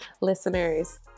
listeners